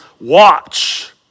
watch